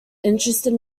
interested